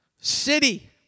City